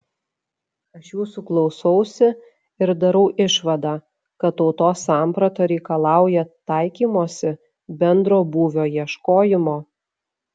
aš jūsų klausausi ir darau išvadą kad tautos samprata reikalauja taikymosi bendro būvio ieškojimo